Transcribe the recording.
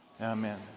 Amen